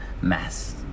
mass